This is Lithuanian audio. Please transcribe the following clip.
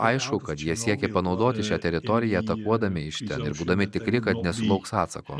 aišku kad jie siekė panaudoti šią teritoriją atakuodami iš ten ir būdami tikri kad nesulauks atsako